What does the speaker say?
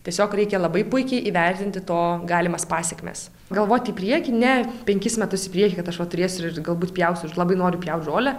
tiesiog reikia labai puikiai įvertinti to galimas pasekmes galvot į priekį ne penkis metus į priekį kad aš va turėsiu ir galbūt pjausiu labai noriu pjaut žolę